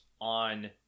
on